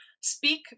Speak